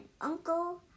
uncle